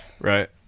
Right